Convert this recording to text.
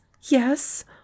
yes